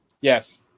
yes